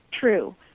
true